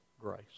grace